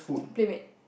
playmate